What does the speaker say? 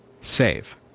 save